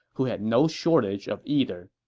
who had no shortage of either.